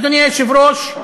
אדוני היושב-ראש,